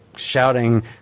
shouting